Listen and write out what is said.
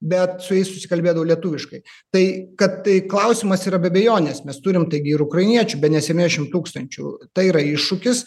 bet su jais susikalbėdavau lietuviškai tai kad tai klausimas yra be abejonės mes turim taigi ir ukrainiečių bene septyndešimt tūkstančių tai yra iššūkis